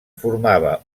formava